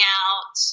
out